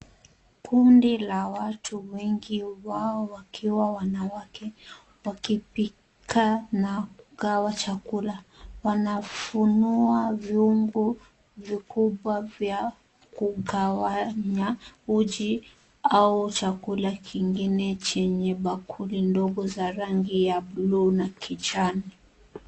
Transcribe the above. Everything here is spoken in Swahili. Kundi la watu, wengi wao wakiwa wanawake, wakipika na kugawa chakula. Wanafunua vyungu vikubwa vya kugawanya uji au chakula kingine chenye bakuli ndogo za rangi ya buluu na kijani.